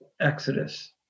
exodus